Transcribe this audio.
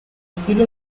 stile